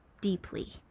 deeply